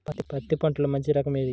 బంతి పంటలో మంచి రకం ఏది?